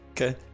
Okay